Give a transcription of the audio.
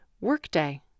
Workday